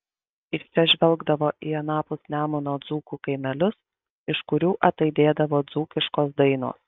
iš čia žvelgdavo į anapus nemuno dzūkų kaimelius iš kurių ataidėdavo dzūkiškos dainos